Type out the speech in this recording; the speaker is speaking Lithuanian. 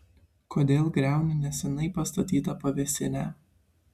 kodėl griauni neseniai pastatytą pavėsinę